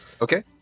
Okay